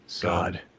God